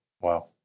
Wow